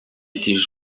étaient